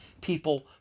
people